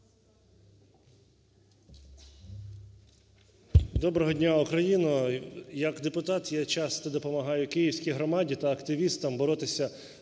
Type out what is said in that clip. Доброго дня, Україно. Як депутат я часто допомагаю Київській громаді та активістам боротися